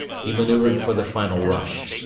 he manoeuvred for the final rush.